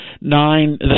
nine